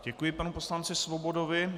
Děkuji panu poslanci Svobodovi.